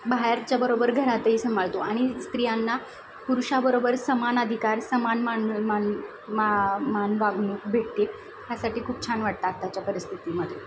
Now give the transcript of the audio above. बाहेरच्याबरोबर घरातही संभाळतो आणि स्त्रियांना पुरुषाबरोबर समान अधिकार समान मान मान मा मान वागणूक भेटते ह्यासाठी खूप छान वाटतं आत्ताच्या परिस्थितीमध्ये